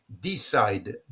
decide